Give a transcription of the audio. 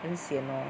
很 sian lor